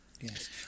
yes